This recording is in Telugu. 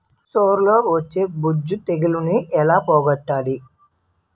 సొర లో వచ్చే బూజు తెగులని ఏల పోగొట్టాలి?